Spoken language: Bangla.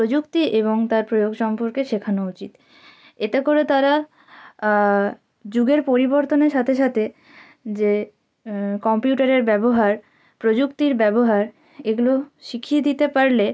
প্রযুক্তি এবং তার প্রয়োগ সম্পর্কে শেখানো উচিত এতে করে তারা যুগের পরিবর্তনের সাথে সাথে যে কম্পিউটারের ব্যবহার প্রযুক্তির ব্যবহার এগুলো শিখিয়ে দিতে পারলে